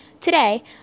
Today